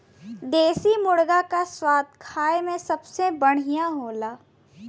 देसी मुरगा क स्वाद खाए में सबसे बढ़िया होला